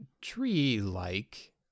tree-like